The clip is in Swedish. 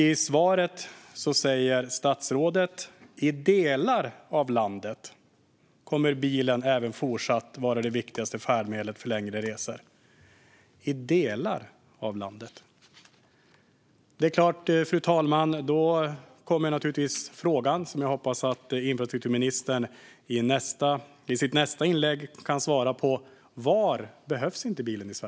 I svaret säger statsrådet: "I delar av landet kommer bilen även fortsättningsvis att vara det viktigaste färdmedlet för längre resor" - i delar av landet. Fru talman! Då kommer naturligtvis frågan som jag hoppas att infrastrukturministern kan svara på i sitt nästa inlägg. Var någonstans i Sverige behövs inte bilen?